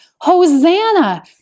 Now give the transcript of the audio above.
Hosanna